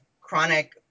chronic